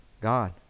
God